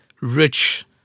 rich